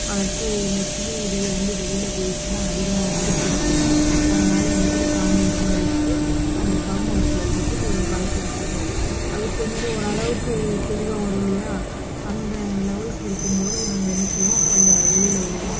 வளர்த்து இந்த கீழே இது வந்து வெளியில் போயிடுச்சுனா அதிகமாக வந்து பிடிக்கும் அதனால் இந்த சைடு காம்பௌண்ட் மாதிரி இருக்குது அந்த காம்பௌண்ட்க்குள்ளே போட்டு வளர்த்துக்கிட்ருப்போம் அது கொஞ்சம் ஓரளவுக்கு தெளிவாக வரும்னு இல்லையா அந்த லெவல்க்கு இருக்கும் போது நாங்கள் என்ன செய்வோம் கொஞ்சம் அதை வெளியில் விடுவோம்